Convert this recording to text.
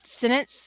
sentence